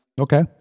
Okay